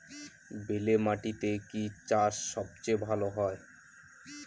বেলে মাটিতে কি চাষ সবচেয়ে ভালো হয়?